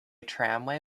tramway